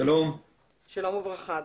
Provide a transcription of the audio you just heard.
מנהל אגף חירום וביטחון ברשויות המקומיות.